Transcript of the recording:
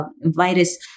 virus